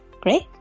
Great